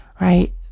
right